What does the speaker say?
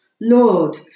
Lord